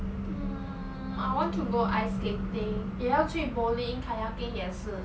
mm I want to go ice skating 也要去 bowling kayaking 也是